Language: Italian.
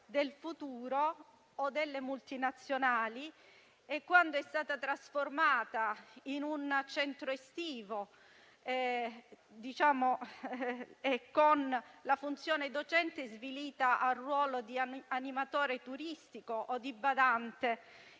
del futuro o delle multinazionali e quando è stata trasformata in un centro estivo, con la funzione docente svilita a ruolo di animatore turistico o di badante,